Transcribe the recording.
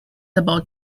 about